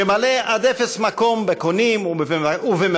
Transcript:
שמלא עד אפס מקום בקונים ובמבקרים,